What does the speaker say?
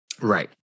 Right